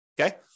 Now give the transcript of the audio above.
Okay